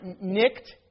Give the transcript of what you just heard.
nicked